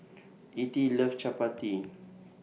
Ettie loves Chapati